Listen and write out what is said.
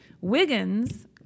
Wiggins